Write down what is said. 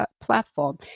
platform